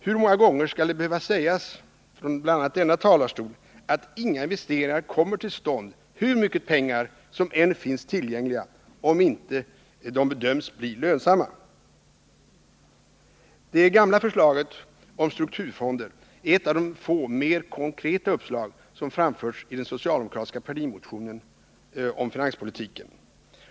Hur många gånger skall det — bl.a. från denna talarstol — behöva sägas att inga investeringar kommer till stånd, hur mycket pengar som än finns tillgängliga, om inte investeringarna bedöms bli lönsamma? Det gamla förslaget om strukturfonder är ett av de få mer konkreta uppslag som framförts i den socialdemokratiska partimotionen om finanspolitiken.